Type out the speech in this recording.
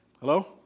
Hello